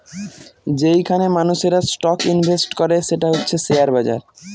যেইখানে মানুষেরা stock invest করে সেটা হচ্ছে শেয়ার বাজার